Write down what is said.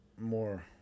more